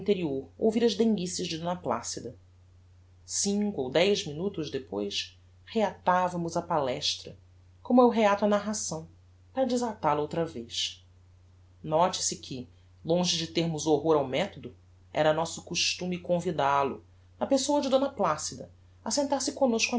interior ouvir as denguices de d placida cinco ou dez minutos depois reatavamos a palestra como eu reato a narração para desatal a outra vez note-se que longe de termos horror ao methodo era nosso costume convidal o na pessoa de d placida a sentar-se comnosco